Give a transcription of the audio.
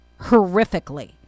horrifically